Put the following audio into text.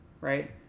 Right